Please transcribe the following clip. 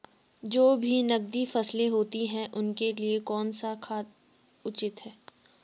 जो भी नकदी फसलें होती हैं उनके लिए कौन सा खाद उचित होगा?